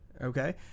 Okay